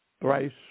thrice